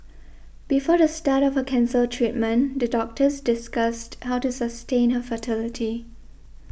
before the start of her cancer treatment the doctors discussed how to sustain her fertility